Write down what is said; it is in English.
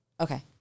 okay